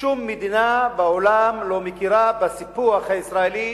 ושום מדינה בעולם לא מכירה בסיפוח הישראלי